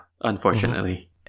unfortunately